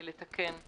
לתקן.